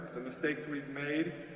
the mistakes we've made,